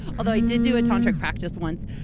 although i did do a tantric practice once.